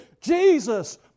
Jesus